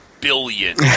billion